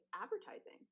advertising